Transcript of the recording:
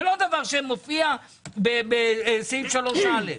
זה לא דבר שמופיע בסעיף 3א,